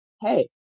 hey